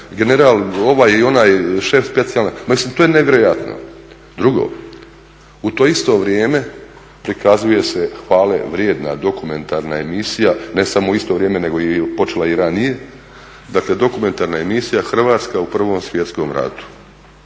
general ovaj ili onaj šef specijalne, mislim to je nevjerojatno. Drugo, u to isto vrijeme prikazuje se hvale vrijedna dokumentarna emisija, ne samo u isto vrijeme, nego je i počela i ranije, dakle dokumentarna emisija Hrvatska u Prvom svjetskom ratu